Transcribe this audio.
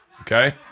okay